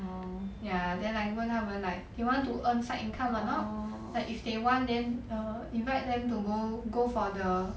ya then like 你问他们 like you want to earn side income or not like if they want then err invite them to go go for the